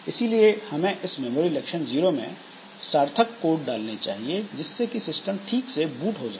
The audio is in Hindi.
इसीलिए हमें इस मेमोरी लोकेशन 0 में सार्थक कोड डालने चाहिए जिससे कि सिस्टम ठीक से बूट हो सके